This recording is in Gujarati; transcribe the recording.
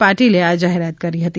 પાટિલે આ જાહેરાત કરી હતી